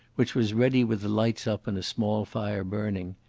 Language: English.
which was ready with the lights up and a small fire burning.